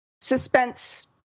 suspense